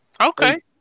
Okay